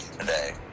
today